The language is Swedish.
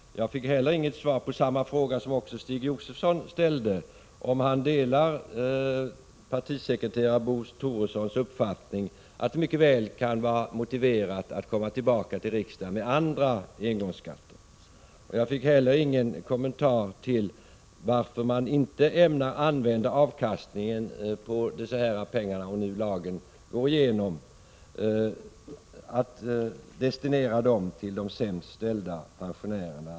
Jag fick heller inget svar på samma fråga som också Stig Josefson ställde, nämligen om Jan Bergqvist delar partisekreterare Bo Toressons uppfattning att det mycket väl kan vara motiverat att komma tillbaka till riksdagen med andra engångsskatter. Vidare fick jag ingen kommentar till varför man inte ämnar destinera avkastningen på dessa pengar, om nu lagen går igenom, till de sämst ställda pensionärerna.